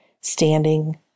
standing